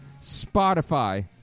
Spotify